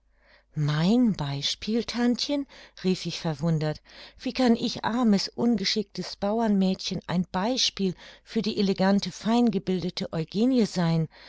mein beispiel tantchen rief ich verwundert wie kann ich armes ungeschicktes bauermädchen ein beispiel für die elegante feingebildete eugenie sein